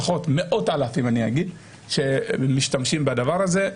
לפחות מאות אלפים שמשתמשים בדבר הזה,